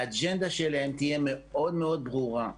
האג'נדה שלהם תהיה מאוד ברורה.